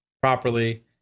properly